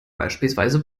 beispielsweise